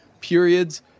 periods